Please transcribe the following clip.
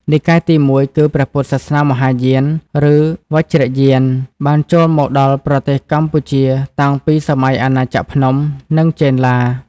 និកាយទី១គឺ ព្រះពុទ្ធសាសនាមហាយាន ឬ វជ្រយាន បានចូលមកដល់ប្រទេសកម្ពុជាតាំងពីសម័យអាណាចក្រភ្នំ និងចេនឡា។